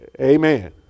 Amen